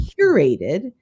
curated